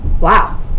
Wow